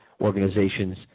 organizations